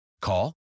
Call